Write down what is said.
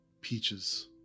peaches